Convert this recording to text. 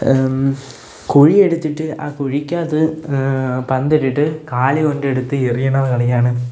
കുഴി എടുത്തിട്ട് ആ കുഴിക്കകത്ത് പന്ത് ഇട്ടിട്ട് കാൽ കൊണ്ടെടുത്ത് എറിയുന്ന കളിയാണ്